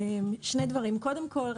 קודם כול,